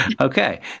Okay